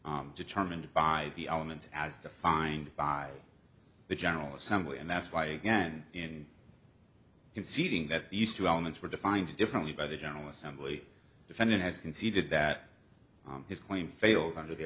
is determined by the elements as defined by the general assembly and that's why again in conceding that these two elements were defined differently by the general assembly defendant has conceded that his claim fails under the